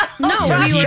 No